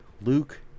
Luke